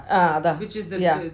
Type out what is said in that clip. ah ah yeah